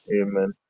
Amen